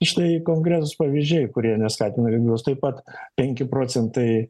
štai konkretūs pavyzdžiai kurie neskatinarėmimas taip pat penki procentai